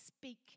speak